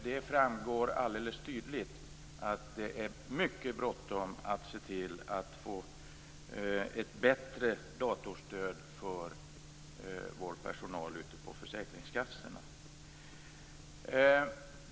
Det framgår alldeles tydligt att det är mycket bråttom att se till att vi får ett bättre datorstöd för vår personal ute på försäkringskassorna.